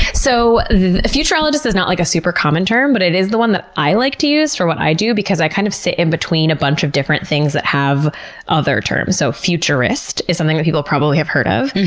so futurologist is not, like, a super common term, but it is the one that i like to use for what i do because i kinda kind of sit in between a bunch of different things that have other terms. so, futurist is something that people probably have heard of.